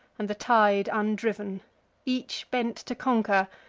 and the tide undriv'n each bent to conquer,